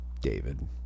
David